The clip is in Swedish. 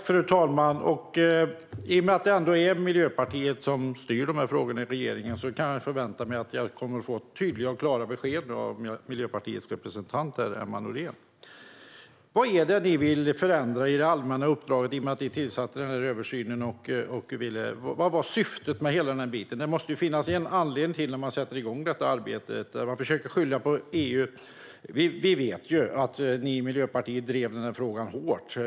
Fru talman! I och med att det ändå är Miljöpartiet som styr de här frågorna i regeringen förväntar jag mig att få tydliga och klara besked här av Miljöpartiets representant Emma Nohrén. Den första frågan är: Vad är det ni vill förändra i det allmänna uppdraget i och med att ni tillsätter översynen? Vad är syftet med hela den biten? Det måste ju finnas en anledning till att man sätter igång detta arbete. Man försöker skylla på EU. Vi vet att ni i Miljöpartiet drev frågan hårt.